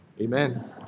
Amen